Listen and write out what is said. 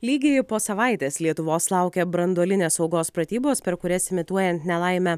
lygiai po savaitės lietuvos laukia branduolinės saugos pratybos per kurias imituojant nelaimę